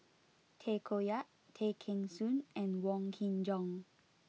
Tay Koh Yat Tay Kheng Soon and Wong Kin Jong